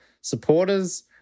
supporters